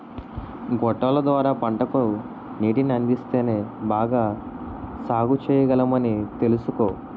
గొట్టాల ద్వార పంటకు నీటిని అందిస్తేనే బాగా సాగుచెయ్యగలమని తెలుసుకో